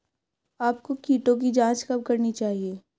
आपको कीटों की जांच कब करनी चाहिए?